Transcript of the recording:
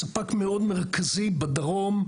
ספק מאוד מרכזי בדרום,